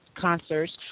concerts